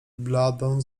bladą